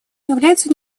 является